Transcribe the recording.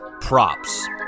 props